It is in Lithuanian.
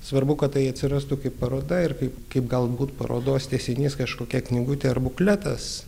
svarbu kad tai atsirastų kaip paroda ir kaip kaip galbūt parodos tęsinys kažkokia knygutė ar bukletas